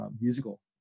musical